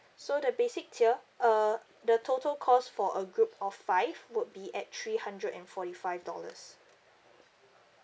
so the basic tier uh the total cost for a group of five would be at three hundred and forty five dollars